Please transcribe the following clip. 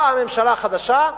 באה הממשלה החדשה,